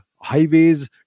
highways